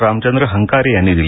रामचंद्र हंकारे यांनी दिली